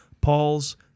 Paul's